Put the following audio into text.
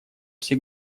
все